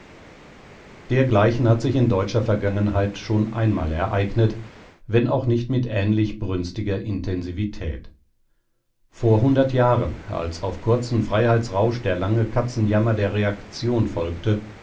dergleichen hat sich in deutscher vergangenheit schon einmal ereignet wenn auch nicht mit ähnlich brünstiger intensivität vor hundert jahren als auf kurzen freiheitsrausch der lange katzenjammer der reaktion folgte